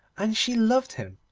and she loved him,